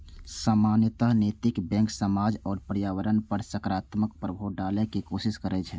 सामान्यतः नैतिक बैंक समाज आ पर्यावरण पर सकारात्मक प्रभाव डालै के कोशिश करै छै